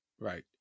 right